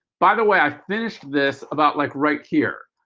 by the way, i finished this about like right here.